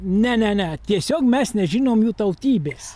ne ne ne tiesiog mes nežinom jų tautybės